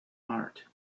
art